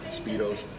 speedos